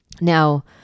Now